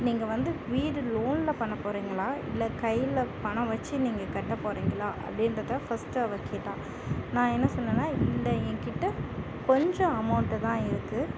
நீங்கள் வந்து வீடு லோனில் பண்ண போகிறீங்களா இல்லை கையில பணம் வச்சு நீங்கள் கட்ட போகிறீங்களா அப்படின்றத ஃபர்ஸ்ட் அவள் கேட்டாள் நான் என்ன சொன்னேன்னா இல்லை என்கிட்ட கொஞ்சம் அமௌன்ட் தான் இருக்கு